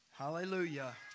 Hallelujah